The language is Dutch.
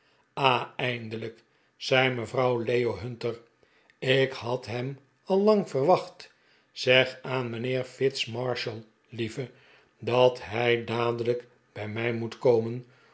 ah eindelijk zei mevrouw leo hunter ik had hem al lang verwacht zeg aan mijnheer fitz marshall lieve dat hij dadelijk bij mij moet komen